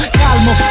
calmo